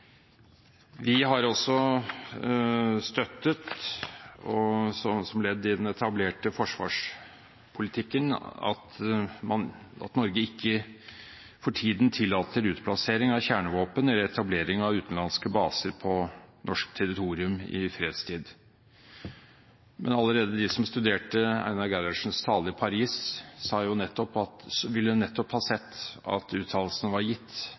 Vi har også støttet, som ledd i den etablerte forsvarspolitikken, at Norge ikke for tiden tillater utplassering av kjernevåpen eller etablering av utenlandske baser på norsk territorium i fredstid. Men allerede de som studerte Einar Gerhardsens tale i Paris, ville nettopp ha sett at uttalelsen var gitt under betingelse av at det var